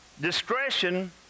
discretion